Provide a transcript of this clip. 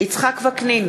יצחק וקנין,